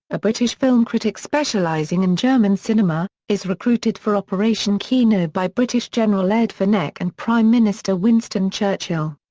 a british film critic specialising in german cinema, is recruited for operation kino by british general ed fenech and prime minister winston churchill.